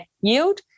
yield